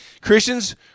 Christians